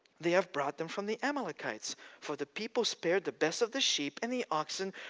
they have brought them from the amalekites for the people spared the best of the sheep and the oxen,